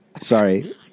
Sorry